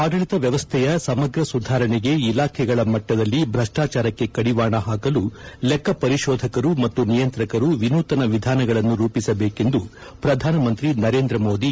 ಆಡಳಿತ ವ್ಯವಸ್ಥೆಯ ಸಮಗ ಸುಧಾರಣೆಗೆ ಇಲಾಖೆಗಳ ಮಟ್ಸದಲ್ಲಿ ಭ್ರಷ್ಟಾಚಾರಕ್ಕೆ ಕಡಿವಾಣ ಹಾಕಲು ಲೆಕ್ನ ಪರಿಶೋಧಕರು ಮತ್ತು ನಿಯಂತ್ರಕರು ವಿನೂತನ ವಿಧಾನಗಳನ್ನು ರೂಪಿಸಬೇಕೆಂದು ಪ್ರಧಾನಮಂತ್ರಿ ನರೇಂದ್ರ ಮೋದಿ ಕರೆ